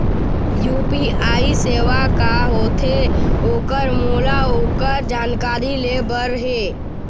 UPI सेवा का होथे ओकर मोला ओकर जानकारी ले बर हे?